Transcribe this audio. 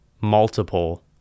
multiple